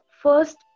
first